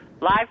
live